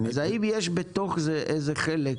אז האם יש בתוך זה איזה חלק,